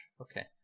Okay